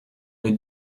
les